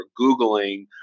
googling